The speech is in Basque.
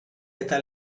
eta